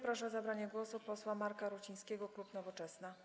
Proszę o zabranie głosu posła Marka Rucińskiego, klub Nowoczesna.